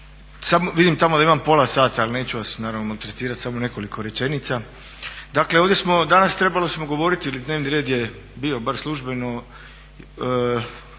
Vidim tamo da imam pola sata, ali neću vas naravno maltretirati. Samo nekoliko rečenica. Dakle, ovdje smo danas smo trebali govoriti ili dnevni red je bio bar službeno